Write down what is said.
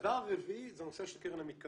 הדבר הרביעי זה הנושא של קרן המתקנים.